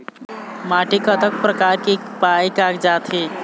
माटी कतक प्रकार के पाये कागजात हे?